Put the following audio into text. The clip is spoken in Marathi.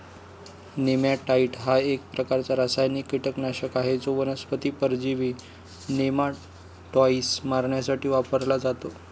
नेमॅटाइड हा एक प्रकारचा रासायनिक कीटकनाशक आहे जो वनस्पती परजीवी नेमाटोड्स मारण्यासाठी वापरला जातो